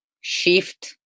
shift